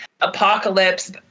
apocalypse